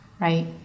Right